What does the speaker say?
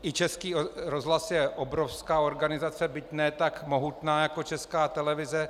I Český rozhlas je obrovská organizace, byť ne tak mohutná, jako Česká televize.